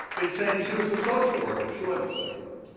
it's saying she was a social worker. she wasn't a social worker.